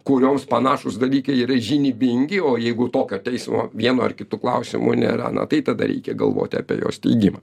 kurioms panašūs dalykai yra žinybingi o jeigu tokio teismo vienu ar kitu klausimu nėra na tai tada reikia galvoti apie jo steigimą